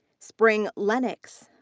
spring lenox.